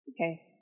Okay